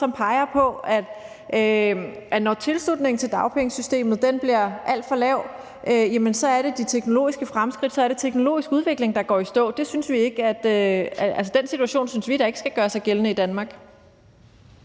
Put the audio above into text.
som peger på, at når tilslutningen til dagpengesystemet bliver alt for lav, så er det den teknologiske udvikling, der går i stå. Den situation synes vi da ikke skal gøre sig gældende i Danmark.